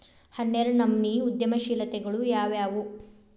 ಹನ್ನೆರ್ಡ್ನನಮ್ನಿ ಉದ್ಯಮಶೇಲತೆಗಳು ಯಾವ್ಯಾವು